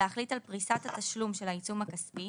להחליט על פריסת התשלום של העיצום הכספי,